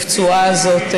פצועה הזאת,